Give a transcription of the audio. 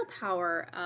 power